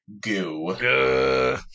goo